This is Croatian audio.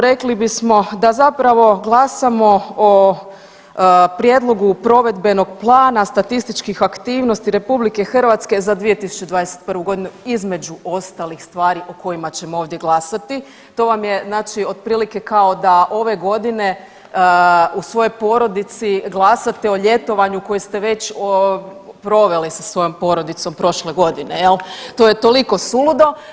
Rekli bismo da zapravo glasamo o Prijedlogu provedbenog plana statističkih aktivnosti RH za 2021.g. između ostalih stvari o kojima ćemo ovdje glasati, to vam je otprilike kao da ove godine u svojoj porodici glasate o ljetovanju koje ste već proveli sa svojom porodicom prošle godine jel, to je toliko suludo.